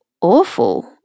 awful